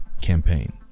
campaign